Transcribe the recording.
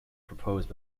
proposed